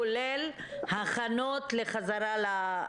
כולל הכנות לחזרה לשגרה.